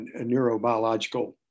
neurobiological